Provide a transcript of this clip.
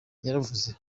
yaravuze